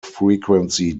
frequency